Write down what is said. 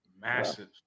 Massive